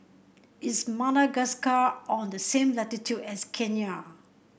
is Madagascar on the same latitude as Kenya